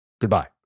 goodbye